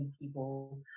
people